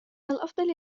الأفضل